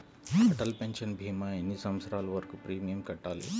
Atal pension భీమా ఎన్ని సంవత్సరాలు వరకు ప్రీమియం కట్టాలి?